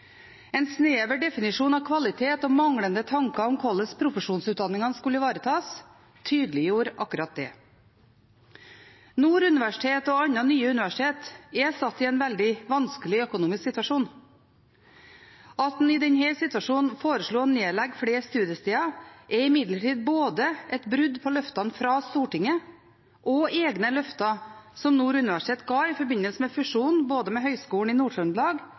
En snever definisjon av kvalitet og manglende tanker om hvordan profesjonsutdanningene skulle ivaretas, tydeliggjorde akkurat det. Nord universitet og andre nye universitet er satt i en veldig vanskelig økonomisk situasjon. At en i denne situasjonen foreslo å nedlegge flere studiesteder, er imidlertid et brudd på både løftene fra Stortinget og egne løfter som Nord universitet ga i forbindelse med fusjon med både Høgskolen i Nord-Trøndelag og Høgskolen i